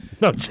No